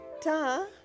Ta